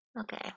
okay